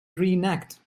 reenact